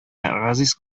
газиз